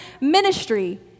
ministry